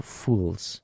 fools